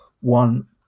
One